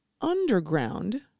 underground